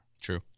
True